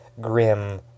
grim